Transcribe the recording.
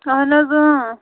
اَہَن حظ اۭں